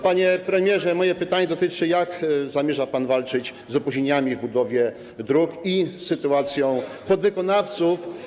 Panie premierze, moje pytanie dotyczy tego, jak zamierza pan walczyć z opóźnieniami w budowie dróg i sytuacją podwykonawców.